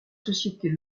sociétés